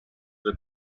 the